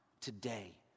today